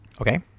Okay